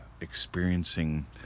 experiencing